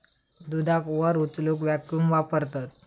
दुधाक वर उचलूक वॅक्यूम वापरतत